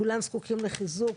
כולם זקוקים לחיזוק,